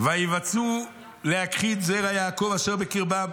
"וייוועצו להכחיד זרע יעקב אשר בקרבם